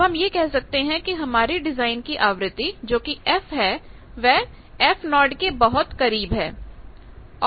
अब हम यह कह सकते हैं कि हमारी डिजाइन की आवृत्ति जोकि f है वह fo के बहुत करीब है